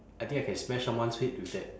I think I can smash someone's head with that